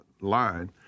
line